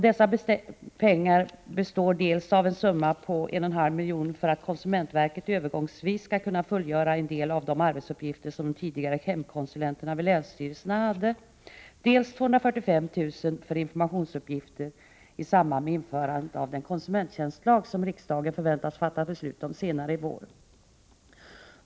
Dessa pengar avser dels en summa på 1,5 milj.kr. för att konsumentverket övergångsvis skall kunna fullgöra en del av de arbetsuppgifter som de tidigare hemkonsulenterna vid länsstyrelserna hade, dels 245 000 kr. för informationsuppgifter i samband med införandet av den konsumenttjänstlag som riksdagen förväntas fatta beslut om senare i vår.